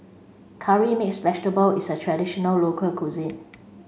curry mixed vegetable is a traditional local cuisine